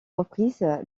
reprises